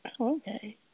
Okay